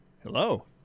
hello